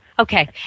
Okay